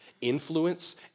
influence